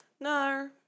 No